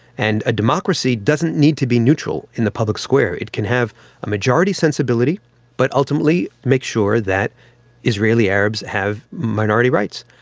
and a democracy doesn't need to be neutral in the public square, it can have a majority sensibility but ultimately make sure that israeli arabs have minority rights.